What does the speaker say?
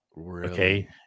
Okay